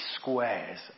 squares